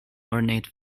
ornate